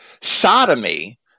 sodomy